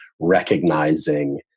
recognizing